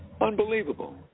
Unbelievable